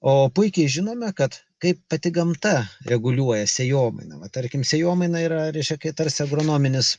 o puikiai žinome kad kaip pati gamta reguliuoja sėjomainą va tarkim sėjomaina yra reiškia kai tarsi agronominis